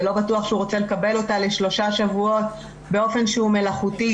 ולא בטוח שהוא רוצה לקבל אותה לשלושה שבועות באופן שהוא מלאכותי.